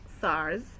SARS